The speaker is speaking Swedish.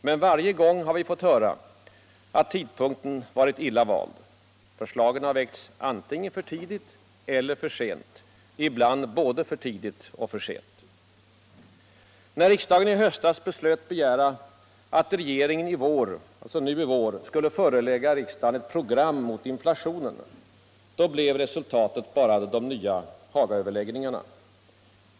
Men varje gång har vi fått höra att tidpunkten varit illa vald. Förslagen har väckts antingen för tidigt eller för sent. Ibland både för tidigt och för sent. När riksdagen i höstas beslöt begära att regeringen nu i vår skulle förelägga riksdagen ett program mot inflationen, då blev resultatet bara de nya Hagaöverläggningarna.